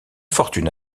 fortune